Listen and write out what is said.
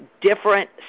different